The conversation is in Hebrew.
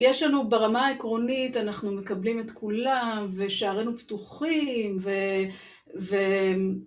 יש לנו, ברמה העקרונית, אנחנו מקבלים את כולם, ושערינו פתוחים, ו... ו...